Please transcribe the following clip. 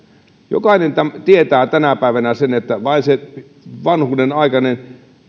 jokainen tietää tänä päivänä sen että se vanhuuden aikainen